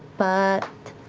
but